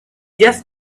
just